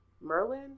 merlin